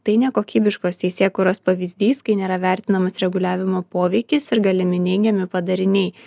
tai nekokybiškos teisėkūros pavyzdys kai nėra vertinamas reguliavimo poveikis ir galimi neigiami padariniai